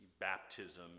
baptism